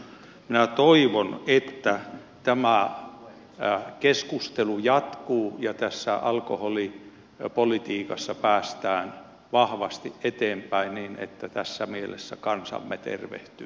minä toivon että tämä keskustelu jatkuu ja tässä alkoholipolitiikassa päästään vahvasti eteenpäin niin että tässä mielessä kansamme tervehtyisi